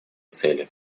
цели